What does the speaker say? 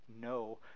no